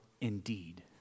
indeed